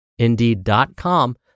Indeed.com